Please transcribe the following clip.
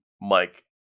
Mike